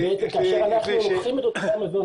אם אנחנו לוקחים את אותו מזון